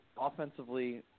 offensively